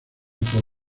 por